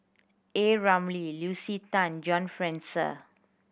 A Ramli Lucy Tan John Fraser